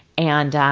and,